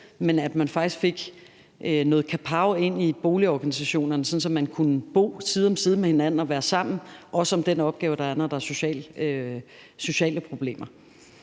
men at man faktisk fik noget kapow ind i boligorganisationerne, sådan at man kunne bo side om side med hinanden og være sammen, også om den opgave, der er, når der er sociale problemer.